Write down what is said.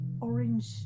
orange